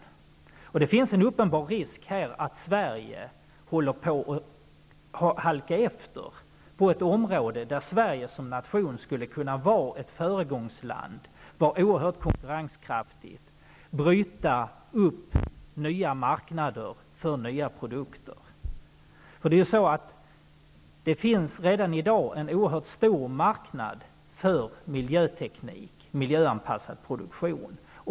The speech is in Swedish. Det finns här en uppenbar risk att Sverige håller på att halka efter på ett område där Sverige som nation skulle kunna vara ett föregångsland, vara oerhört konkurrenskraftigt och bryta upp nya marknader för nya produkter. Det finns redan i dag en oerhört stor marknad för miljöteknik och miljöanpassad produktion.